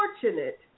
fortunate